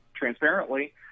transparently